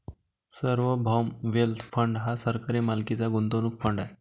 सार्वभौम wealth fund हा सरकारी मालकीचा गुंतवणूक फंड आहे